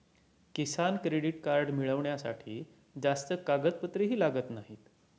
किसान credit card मिळवण्यासाठी जास्त कागदपत्रेही लागत नाहीत